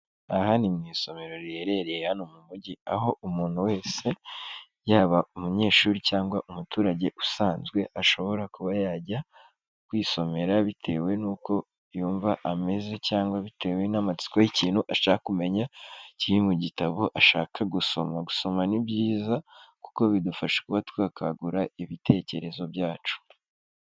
Aha ni mu isomero riherereye hano mu mujyi aho umuntu wese yaba umunyeshuri cyangwa umuturage usanzwe ashobora kuba yajya kwisomera, bitewe n'uko yumva ameze cyangwa bitewe n'amatsiko y'ikintu ashaka kumenya kiri mu gitabo ashaka gusoma. Gusoma ni byiza kuko bidufasha kuba twakangura ibitekerezo byacu.